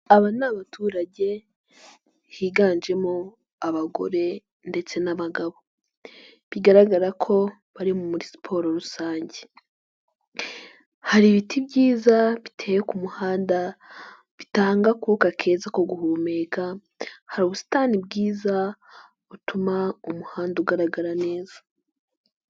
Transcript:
Aba ni abaturage higanjemo abagore ndetse n'abagabo, bigaragara ko bari muri siporo rusange, hari ibiti byiza biteye ku muhanda, bitanga akuka keza ko guhumeka, hari ubusitani bwiza butuma umuhanda ugaragara neza.